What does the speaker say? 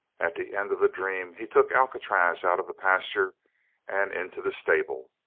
at the end of the dream he took alcatraz out of the pasture and into the stable.